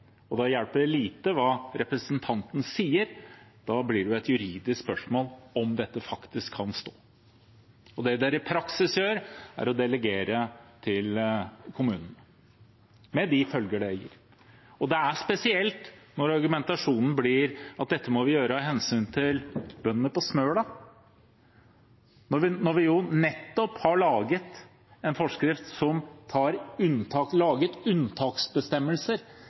og da hjelper det lite hva representanten sier. Da blir det et juridisk spørsmål om dette faktisk kan stå. Og det dere i praksis gjør, er å delegere til kommunen – med de følger det gir. Og det er spesielt når argumentasjonen blir at dette må vi gjøre av hensyn til bøndene på Smøla, når vi jo nettopp har laget en forskrift som